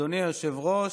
אדוני היושב-ראש,